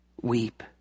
weep